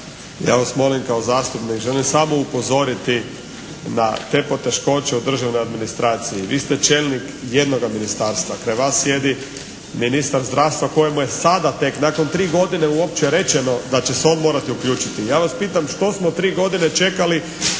Ja vas molim kao zastupnik, želim samo upozoriti da te poteškoće u državnoj administraciji. Vi ste čelnik jednoga ministarstva. Kraj vas sjedi ministar zdravstva kojemu je sada tek, nakon 3 godine uopće rečeno da će se on morati uključiti. Ja vas pitam što smo 3 godine čekali?